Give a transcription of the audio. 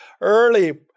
early